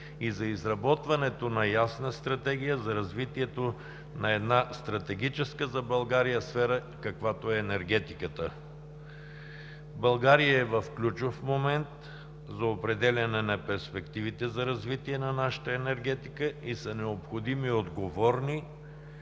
и за изработването на ясна стратегия за развитието на една стратегическа за България сфера, каквато е енергетиката. България е в ключов момент за определяне на перспективите за развитие на нашата енергетика и са необходими отговорни